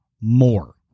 more